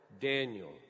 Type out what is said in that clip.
Daniel